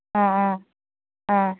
অ অ অ